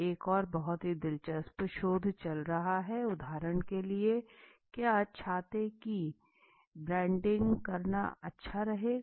एक और बहुत ही दिलचस्प शोध चल रहा है उदाहरण के लिए क्या छाते की ब्रांडिंग करना अच्छा रहेगा